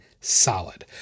solid